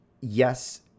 yes